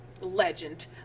legend